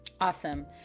Awesome